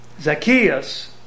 Zacchaeus